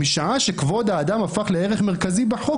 משעה שכבוד האדם הפך לערך מרכזי בחוק,